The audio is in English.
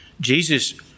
Jesus